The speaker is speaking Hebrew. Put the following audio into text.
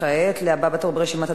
כעת לבא בתור ברשימת הדוברים,